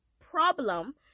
problem